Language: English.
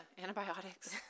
Antibiotics